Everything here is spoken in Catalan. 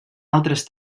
altres